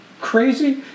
crazy